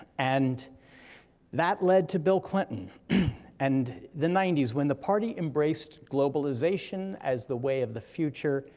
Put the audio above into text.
and that led to bill clinton and the ninety s, when the party embraced globalization as the way of the future,